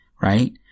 right